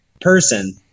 person